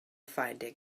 finding